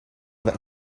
that